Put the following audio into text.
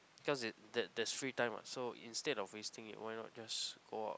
cause it that there's free time what so instead of wasting it why not just go out